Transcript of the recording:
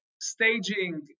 staging